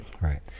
right